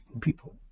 people